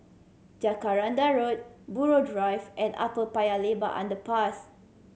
Jacaranda Road Buroh Drive and Upper Paya Lebar Underpass